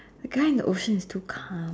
the guy in the ocean is too calm